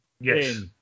Yes